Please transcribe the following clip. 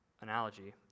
analogy